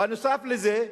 בנוסף לזה,